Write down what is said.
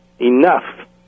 enough